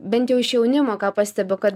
bent jau iš jaunimo ką pastebiu kad